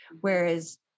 Whereas